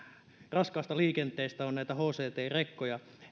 raskaasta liikenteestä on näitä hct rekkoja